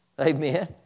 Amen